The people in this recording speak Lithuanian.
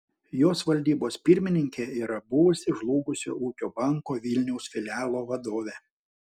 jos valdybos pirmininkė yra buvusi žlugusio ūkio banko vilniaus filialo vadovė